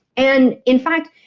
and in fact,